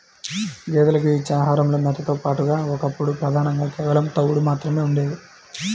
గేదెలకు ఇచ్చే ఆహారంలో మేతతో పాటుగా ఒకప్పుడు ప్రధానంగా కేవలం తవుడు మాత్రమే ఉండేది